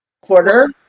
quarter